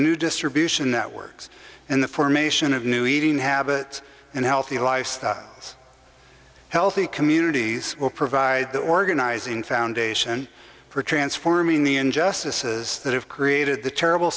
new distribution networks and the formation of new eating habits and healthy lifestyle as healthy communities will provide the organizing foundation for transforming the injustices that have created the terrible